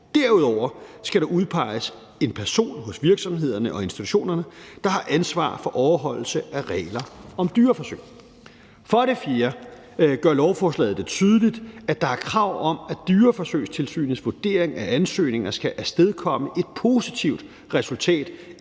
Derudover skal der udpeges en person hos virksomhederne og institutionerne, der har ansvar for overholdelse af regler om dyreforsøg. For det fjerde gør lovforslaget det tydeligt, at der er krav om, at Dyreforsøgstilsynets vurdering af ansøgninger skal afstedkomme et positivt resultat,